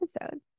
episode